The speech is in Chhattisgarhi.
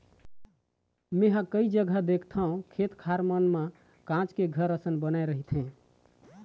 मेंहा कई जघा देखथव खेत खार मन म काँच के घर असन बनाय रहिथे